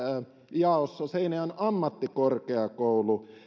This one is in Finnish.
jaossa myös seinäjoen ammattikorkeakoulu